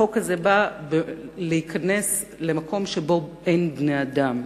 החוק הזה בא להיכנס למקום שבו אין בני-אדם,